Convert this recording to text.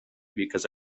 because